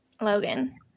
Logan